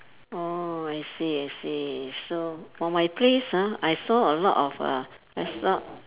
oh I see I see so for my place ah I saw a lot of uh I saw